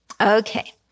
Okay